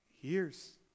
years